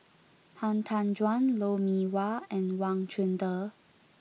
Han Tan Juan Lou Mee Wah and Wang Chunde